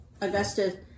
Augusta